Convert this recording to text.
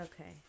okay